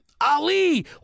Ali